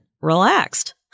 relaxed